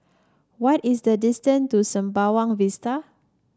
what is the distance to Sembawang Vista